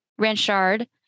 Ranchard